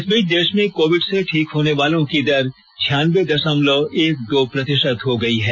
इस बीच देश में कोविड से ठीक होने वालों की दर छियान्बे दशमलव एक दो प्रतिशत हो गई है